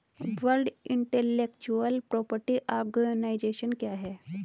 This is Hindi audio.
वर्ल्ड इंटेलेक्चुअल प्रॉपर्टी आर्गनाइजेशन क्या है?